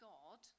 God